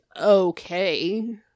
okay